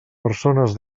persones